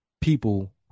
people